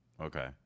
okay